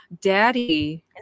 daddy